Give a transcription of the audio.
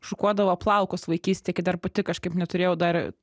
šukuodavo plaukus vaikystėje kai dar pati kažkaip neturėjau dar